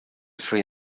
three